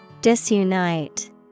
Disunite